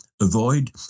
avoid